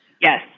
Yes